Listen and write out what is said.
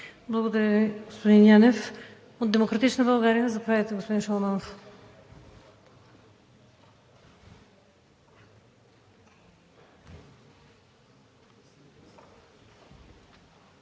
Благодаря Ви, господин Янев. От „Демократична България“. Заповядайте, господин Шаламанов.